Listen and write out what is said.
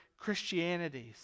Christianities